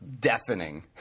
deafening